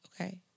Okay